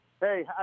Hey